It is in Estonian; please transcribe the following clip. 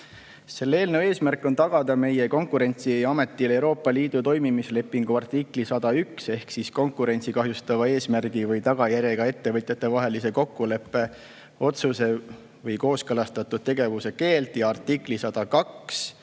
Selle eelnõu eesmärk on tagada meie Konkurentsiametile Euroopa Liidu toimimislepingu artikli 101 ehk siis konkurentsi kahjustava eesmärgi või tagajärjega ettevõtjatevahelise kokkuleppe otsuse või kooskõlastatud tegevuse keeld ja artikli 102